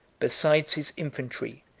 besides his infantry,